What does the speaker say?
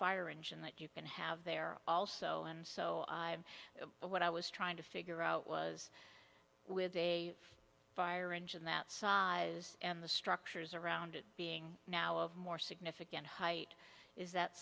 fire engine that you can have there also and so i but what i was trying to figure out was with a fire engine that size and the structures around it being now of more significant height is that